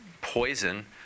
poison